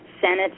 Senate